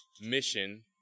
mission